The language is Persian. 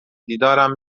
دیدارم